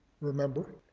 remember